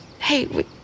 Hey